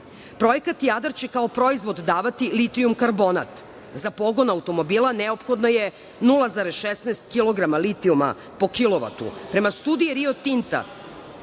„Jadar“ će kao proizvod davati litijum-karbonat. Za pogon automobila neophodno je 0,16 kilograma litijuma po kilovatu. Prema studiji „Rio Tinta“,